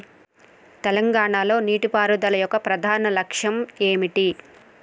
తెలంగాణ లో నీటిపారుదల యొక్క ప్రధాన లక్ష్యం ఏమిటి?